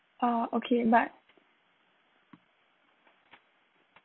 oh okay but